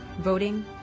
voting